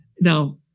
Now